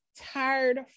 tired